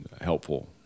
helpful